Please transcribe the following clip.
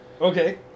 Okay